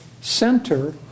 center